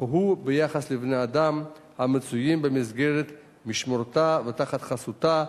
כך הוא ביחס לבני-אדם המצויים במסגרת משמורתה ותחת חסותה,